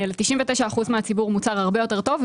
99% מהציבור מוצר הרבה יותר טוב,